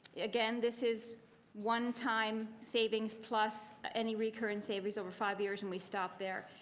again this, is one time savings plus any reoccurrent savings over five years and we stop there.